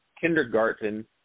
kindergarten